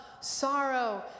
sorrow